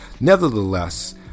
nevertheless